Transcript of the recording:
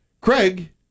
Craig